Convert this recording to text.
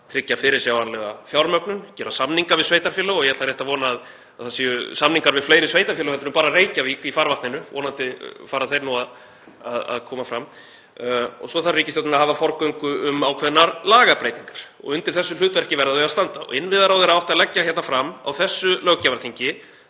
tryggja fyrirsjáanlega fjármögnun, gera samninga við sveitarfélög og ég ætla rétt að vona að það séu samningar við fleiri sveitarfélög en bara Reykjavík í farvatninu. Vonandi fara þeir að koma fram og svo þarf ríkisstjórnin að hafa forgöngu um ákveðnar lagabreytingar og undir þessu hlutverki verða þau að standa. Innviðaráðherra átti að leggja fram á þessu löggjafarþingi